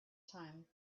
time